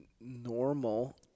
normal